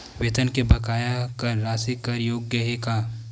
वेतन के बकाया कर राशि कर योग्य हे का?